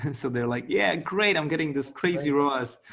and so they're like, yeah, great. i'm getting this crazy rowers.